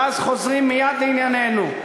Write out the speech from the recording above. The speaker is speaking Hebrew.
ואז חוזרים מייד לענייננו.